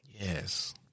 Yes